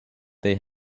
they